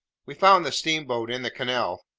we found the steamboat in the canal,